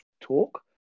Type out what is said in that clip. talk